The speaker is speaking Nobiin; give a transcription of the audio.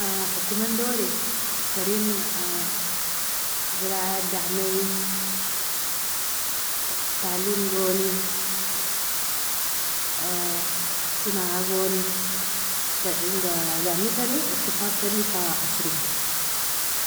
- hokoman dori tarin, zeraa daami, taliemgoni, senagoni inga damikani igtisadtani fa ashringi.